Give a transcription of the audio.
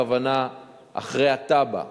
הכוונה אחרי התב"ע,